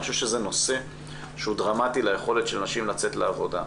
אני חושב שזה נושא שהוא דרמטי ליכולת של נשים לצאת לעבודה.